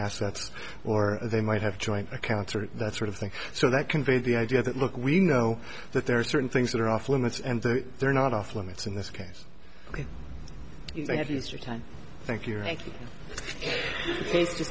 assets or they might have joint accounts or that sort of thing so that conveyed the idea that look we know that there are certain things that are off limits and they're not off limits in this case